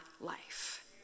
life